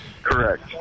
Correct